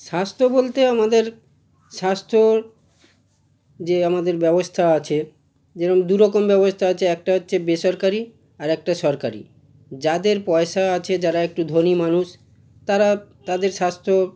স্বাস্থ্য বলতে আমাদের স্বাস্থ্যর যে আমাদের ব্যবস্থা আছে যেরকম দুরকম ব্যবস্থা আছে একটা হচ্ছে বেসরকারি আরেকটা সরকারি যাদের পয়সা আছে যারা একটু ধনী মানুষ তারা তাদের স্বাস্থ্য